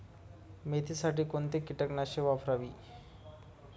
मेथीसाठी कोणती कीटकनाशके वापरावी?